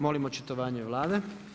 Molim očitovanje Vlade.